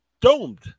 domed